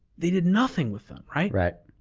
they did nothing with them. right? right.